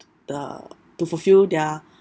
the to fulfil their